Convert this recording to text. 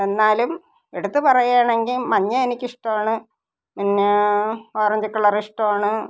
എന്നാലും എടുത്തു പറയുകയാണെങ്കില് മഞ്ഞ എനിക്കിഷ്ടമാണ് പിന്നെ ഓറഞ്ച് കളറിഷ്ടമാണ്